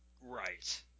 Right